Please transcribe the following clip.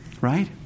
Right